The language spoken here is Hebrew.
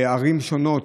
בערים שונות,